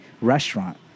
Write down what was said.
restaurant